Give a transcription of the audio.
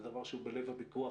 זה דבר שהוא בלב הוויכוח